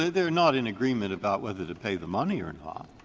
ah they're not in agreement about whether to pay the money or and ah